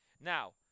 Now